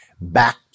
back